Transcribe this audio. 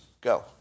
Go